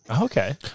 Okay